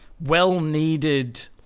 well-needed